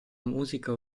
musica